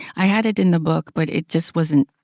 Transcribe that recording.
i had it in the book, but it just wasn't.